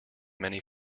many